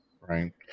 Right